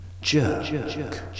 jerk